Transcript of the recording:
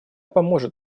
поможет